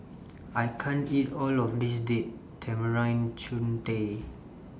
I can't eat All of This Date Tamarind Chutney